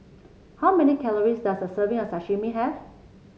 how many calories does a serving of Sashimi have